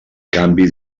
canvi